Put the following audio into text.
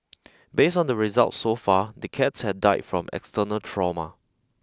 based on the result so far the cats had died from external trauma